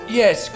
yes